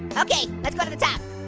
okay let's go to the top.